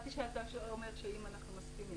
חשבתי שאתה אומר אם אנחנו מסכימים.